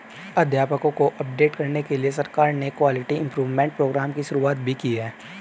अध्यापकों को अपडेट करने के लिए सरकार ने क्वालिटी इम्प्रूव्मन्ट प्रोग्राम की शुरुआत भी की है